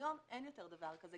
היום אין יותר דבר כזה.